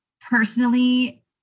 personally